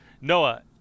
Noah